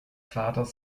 vaters